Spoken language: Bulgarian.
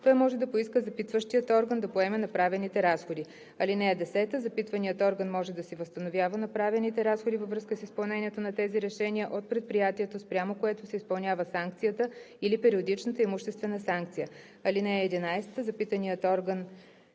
той може да поиска запитващият орган да поеме направените разходи. (10) Запитаният орган може да си възстановява направените разходи във връзка с изпълнението на тези решения от предприятието, спрямо което се изпълнява санкцията или периодичната имуществена санкция. (11) Запитаният орган